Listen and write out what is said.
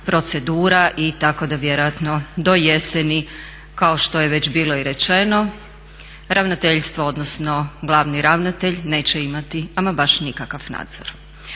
procedura i tako da vjerojatno do jeseni kao što je već bilo i rečeno Ravnateljstvo, odnosno glavni ravnatelj neće imati ama baš nikakav nadzor.